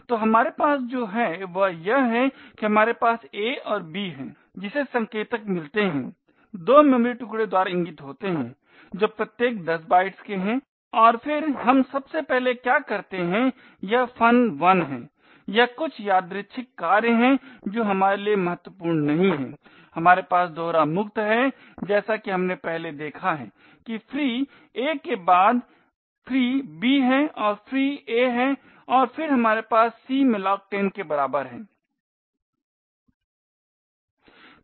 तो हमारे पास जो है वह यह है कि हमारे पास a और b है जिसे संकेतक मिलते हैं दो मेमोरी टुकडे द्वारा इंगित होते है जो प्रत्येक 10 बाइट्स का है और फिर हम सबसे पहले क्या करते हैं यह fun1 है यह कुछ यादृछिक कार्य है जो हमारे लिए महत्वपूर्ण नहीं है हमारे पास दोहरा मुक्त है जैसा कि हमने पहले देखा है कि free a के बाद free b है और फिर free a है और फिर हमारे पास c malloc 10 के बराबर है